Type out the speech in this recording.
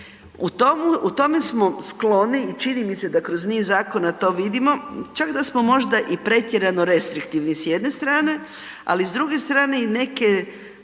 U tome smo skloni i čini mi se da kroz niz zakona to vidimo, čak da smo možda i pretjerano restriktivni s jedne strane, ali s druge strane neke